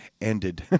ended